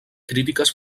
crítiques